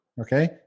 okay